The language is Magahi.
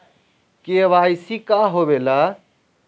के.वाई.सी का होवेला?